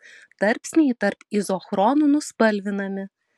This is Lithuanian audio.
tarpsniai tarp izochronų nuspalvinami